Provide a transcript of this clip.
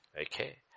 Okay